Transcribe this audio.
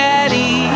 Daddy